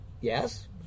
Yes